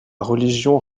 religion